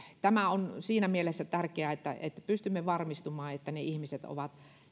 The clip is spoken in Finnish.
tämä on siinä mielessä tärkeää että että pystymme varmistumaan että ne ihmiset ovat